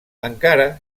encara